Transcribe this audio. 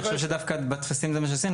אני חושב שדווקא בטפסים זה מה שעשינו,